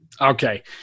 Okay